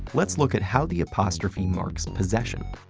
let's look at how the apostrophe marks possession.